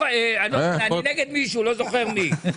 לא, אני נגד מישהו, לא זוכר מי.